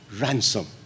Ransom